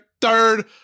third